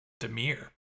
Demir